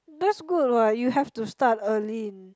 that's good what you have to start early in